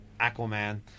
Aquaman